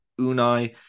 Unai